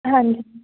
ਹਾਂਜੀ